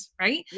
Right